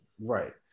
Right